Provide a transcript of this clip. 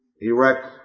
Erect